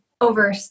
over